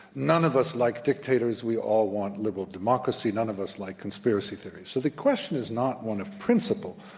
none of us like dictators. we all want liberal democracy. none of us like conspiracy theories. so the question is not one of principle.